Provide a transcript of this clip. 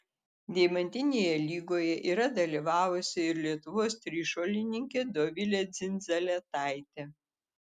deimantinėje lygoje yra dalyvavusi ir lietuvos trišuolininkė dovilė dzindzaletaitė